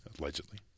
Allegedly